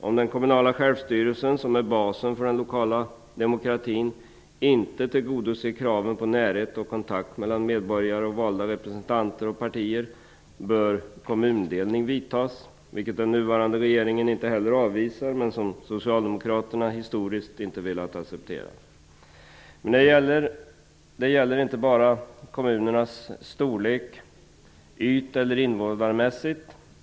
Om den kommunala självstyrelsen, som är basen för den lokala demokratin, inte tillgodoser kraven på närhet och kontakt mellan medborgare och valda representanter och partier, bör kommundelning vidtas, något som den nuvarande regeringen inte avvisar men som socialdemokraterna historiskt inte velat acceptera. Men det gäller inte bara kommunernas storlek ytller invånarmässigt.